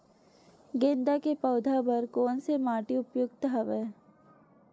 गेंदा के पौधा बर कोन से माटी उपयुक्त हवय?